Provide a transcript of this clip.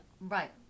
Right